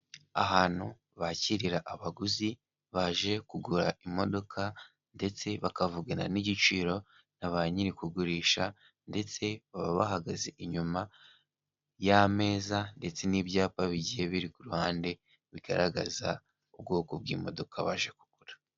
Ahantu bakirira abaguzi baje kugura imodoka ndetse bakavugana n'igiciro na ba nyiri ukugurisha ndetse baba bahagaze inyuma y'ameza ndetse n'ibyapa bigiye biri ku ruhande, bigaragaza ubwoko bw'imodoka baje kugura.